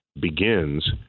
begins